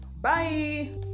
Bye